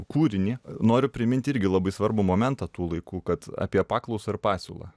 kūrinį noriu priminti irgi labai svarbų momentą tų laikų kad apie paklausą ir pasiūlą